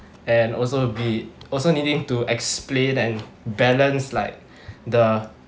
and also be also needing to explain and balance like the